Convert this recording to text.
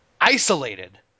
isolated –